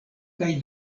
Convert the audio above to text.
kaj